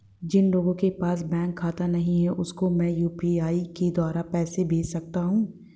जिन लोगों के पास बैंक खाता नहीं है उसको मैं यू.पी.आई के द्वारा पैसे भेज सकता हूं?